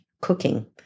Cooking